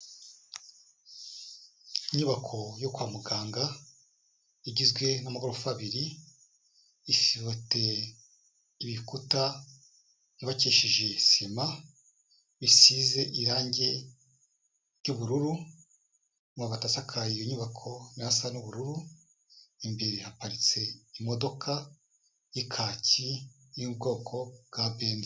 Inyubako yo kwa muganga igizwe n'amagorofa abiri, ifite ibikuta byubakishije sima bisize irangi ry'ubururu, amabati asakaye iyo nyubako na yo asa n'ubururu, imbere haparitse imodoka y'ikaki y'ubwoko bwa Benz.